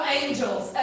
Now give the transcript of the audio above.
angels